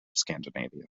scandinavia